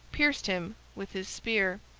pierced him with his spear.